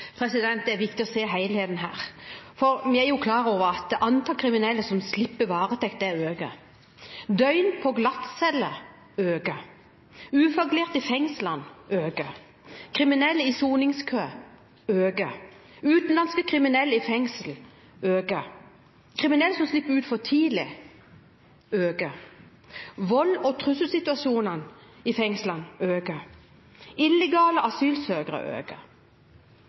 er viktig å se helheten her, for vi er klar over at antallet kriminelle som slipper varetekt, øker, antallet døgn på glattcelle øker, antallet ufaglærte i fengslene øker, antallet kriminelle i soningskø øker, antallet utenlandske kriminelle i fengsel øker, antallet kriminelle som slipper ut for tidlig øker, volds- og trusselsituasjonene i fengslene øker, antallet illegale asylsøkere øker.